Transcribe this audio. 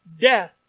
death